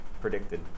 predicted